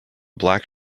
black